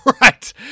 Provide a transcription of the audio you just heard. Right